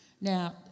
Now